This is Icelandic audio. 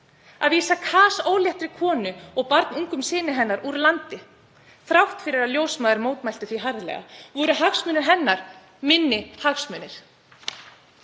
að vísa kasóléttri konu og barnungum syni hennar úr landi þrátt fyrir að ljósmæður mótmæltu því harðlega? Voru hagsmunir hennar minni hagsmunir?